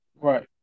right